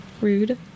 rude